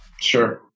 Sure